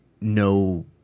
no